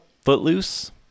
Footloose